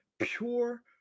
pure